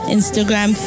Instagram